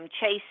chase